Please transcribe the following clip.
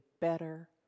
better